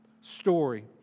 story